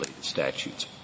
statutes